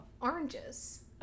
Oranges